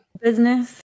business